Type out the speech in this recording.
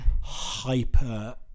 hyper